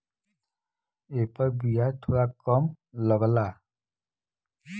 एपर बियाज थोड़ा कम लगला